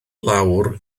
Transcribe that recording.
lawr